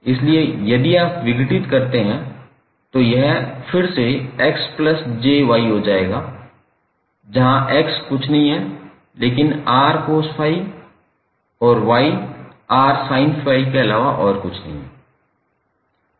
इसलिए यदि आप विघटित करते हैं तो यह फिर से 𝑥𝑗𝑦 हो जाएगा जहां x कुछ नहीं है लेकिन 𝑟cos∅ और y 𝑟sin∅ के अलावा और कुछ नहीं है